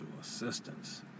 assistance